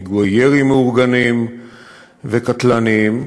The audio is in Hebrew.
פיגועי ירי מאורגנים וקטלניים.